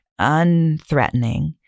unthreatening